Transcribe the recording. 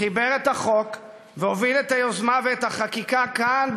חיבר את החוק והוביל את היוזמה ואת החקיקה כאן,